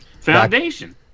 foundation